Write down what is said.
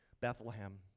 Bethlehem